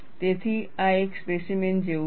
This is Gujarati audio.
તેથી આ એક સ્પેસીમેન જેવું છે